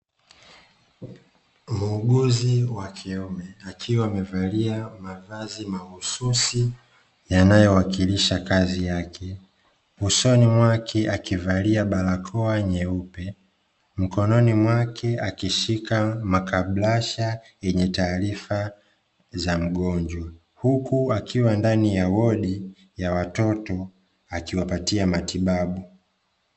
Muuguzi wa kiume akiwa amevalia mavazi mahususi yanayo wakilisha kazi yake usoni mwake akivalia barakoa nyeupe mkononi mwake akishika makaburasha yenye taarifa za mgonjwa huku akiwa, ndani ya wodi ya wototo akiwapatia matibabu.